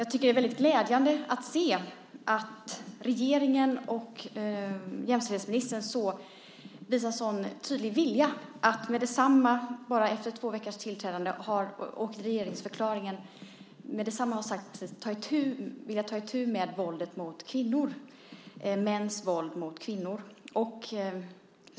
Det är glädjande att se att regeringen och jämställdhetsministern visar en sådan tydlig vilja att med detsamma, efter bara två veckors arbete och regeringsförklaringens tillkännagivande, ta itu med mäns våld mot kvinnor.